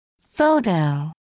photo